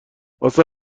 واسه